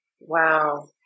Wow